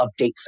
update